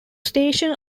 station